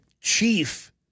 chief